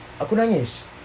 aku nangis